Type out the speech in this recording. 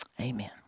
Amen